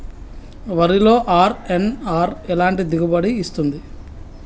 వరిలో అర్.ఎన్.ఆర్ ఎలాంటి దిగుబడి ఇస్తుంది?